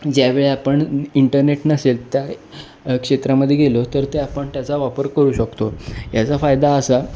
ज्यावेेळी आपण इंटरनेट नसेल त्या क्षेत्रामध्ये गेलो तर ते आपण त्याचा वापर करू शकतो याचा फायदा असा